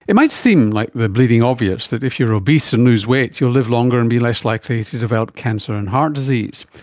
it might seem like the bleeding obvious that if you're obese and lose weight you'll live longer and be less likely to develop cancer and heart disease.